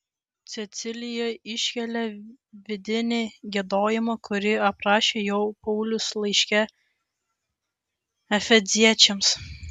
cecilija iškelia vidinį giedojimą kurį aprašė jau paulius laiške efeziečiams